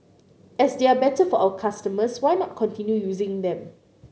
as they are better for our customers why not continue using them